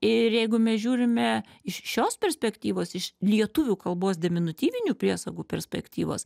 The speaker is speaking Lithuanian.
ir jeigu mes žiūrime iš šios perspektyvos iš lietuvių kalbos deminutyvinių priesagų perspektyvos